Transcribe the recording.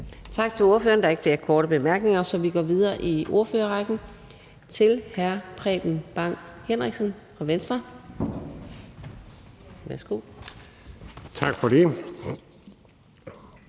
Tak til ordføreren. Der er ikke flere korte bemærkninger, så vi går videre i ordførerrækken til hr. Preben Bang Henriksen fra Venstre. Værsgo. Kl.